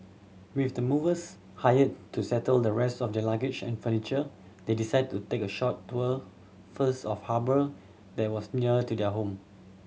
with the movers hire to settle the rest of their luggage and furniture they decided to take a short tour first of harbour that was near to their home